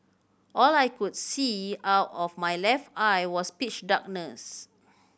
all I could see out of my left eye was pitch darkness